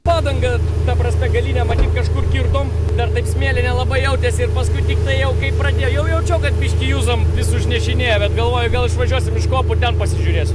padangą ta prasme galinę matyt kažkur kirtom dar taip smėly nelabai jautėsi ir paskui tiktai jau kai pradėj jau jaučiau kad biškį jūzom vis užnešinėja bet galvoju gal išvažiuosim iš kopų ten pasižiūrėsim